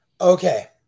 Okay